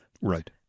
Right